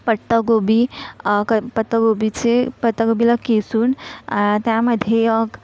पत्ताकोबी पत्ताकोबीचे पत्ताकोबीला किसून त्यामध्ये